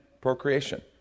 procreation